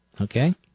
Okay